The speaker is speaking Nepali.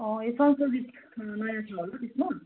अँ यो संशोधित नयाँ छ होला त्यसमा